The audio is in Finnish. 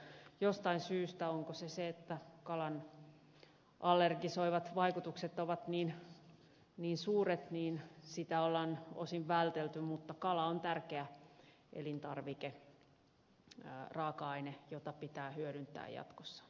jostain syystä onko se se että kalan allergisoivat vaikutukset ovat niin suuret sitä on osin vältelty mutta kala on tärkeä elintarvike raaka aine jota pitää hyödyntää jatkossa enemmän